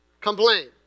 Complain